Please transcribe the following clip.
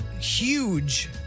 huge